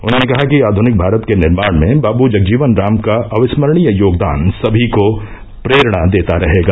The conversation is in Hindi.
उन्होंने कहा कि आध्निक भारत के निर्माण में बाबू जगजीवन राम का अविस्मरणीय योगदान सभी को प्रेरणा देता रहेगा